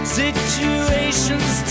situation's